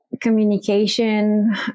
communication